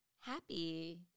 happy